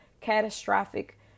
catastrophic